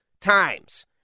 times